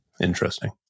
Interesting